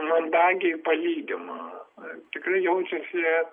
mandagiai palygino tikrai jaučiasi